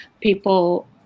people